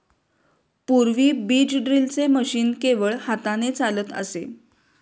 पूर्वी बीज ड्रिलचे मशीन केवळ हाताने चालत असे